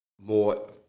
more